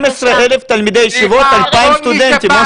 12,000 תלמידי ישיבות, 2,000 סטודנטים, משה.